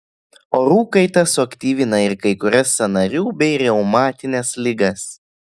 orų kaita suaktyvina ir kai kurias sąnarių bei reumatines ligas